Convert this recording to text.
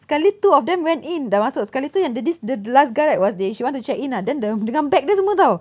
sekali two of them went in dah masuk sekali tu yang the this the the last guy right was they she want to check in ah then the dengan bag dia semua [tau]